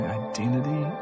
identity